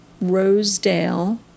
Rosedale